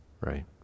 Right